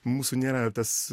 mūsų nėra tas